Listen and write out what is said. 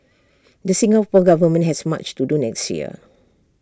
the Singapore Government has much to do next year